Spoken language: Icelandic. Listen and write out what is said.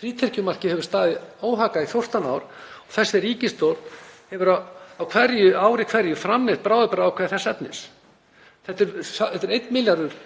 Frítekjumarkið hefur staðið óhaggað í 14 ár og þessi ríkisstjórn hefur á ári hverju framlengt bráðabirgðaákvæði þess efnis. Þetta er 1 milljarður